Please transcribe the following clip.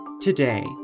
Today